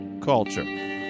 culture